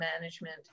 management